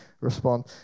respond